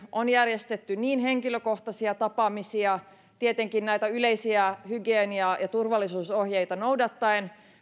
on järjestetty niin henkilökohtaisia tapaamisia tietenkin näitä yleisiä hygienia ja turvallisuusohjeita noudattaen